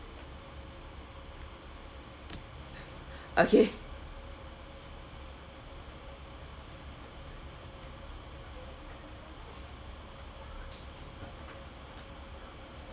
okay